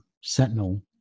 Sentinel